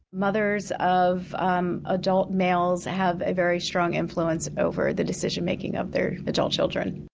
mothers of um adult males have a very strong influence over the decision-making of their adult children,